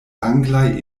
anglaj